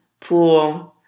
pool